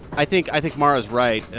i think i think mara's right.